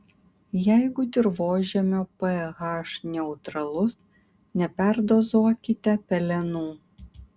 jeigu dirvožemio ph neutralus neperdozuokite pelenų